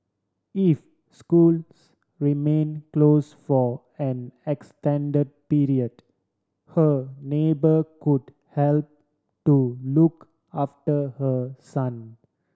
if schools remain close for an extend period her neighbour could help to look after her son